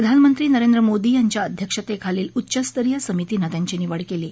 प्रधानमंत्री नरेंद्र मोदी यांच्या अध्यक्षतेखालील उच्चस्तरीय समितीनं त्यांची निवड केली आहे